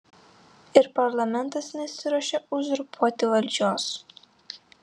ir parlamentas nesiruošia uzurpuoti valdžios